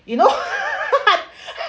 you know